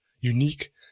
unique